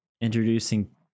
Introducing